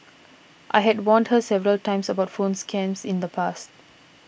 I had warned her several times about phone scams in the past